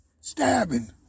stabbing